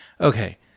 okay